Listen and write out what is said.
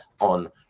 on